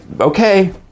okay